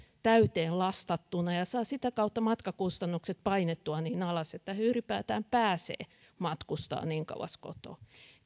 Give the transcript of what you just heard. täyteen lastattuina ja saavat sitä kautta matkakustannukset painettua niin alas että he ylipäätään pääsevät matkustamaan niin kauas kotoa